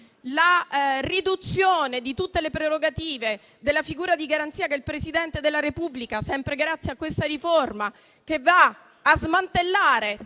la riduzione di tutte le prerogative della figura di garanzia che è il Presidente della Repubblica, sempre ad opera di questa riforma, che smantella